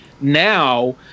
now